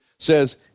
Says